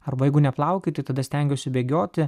arba jeigu neplaukiot tai tada stengiuosi bėgioti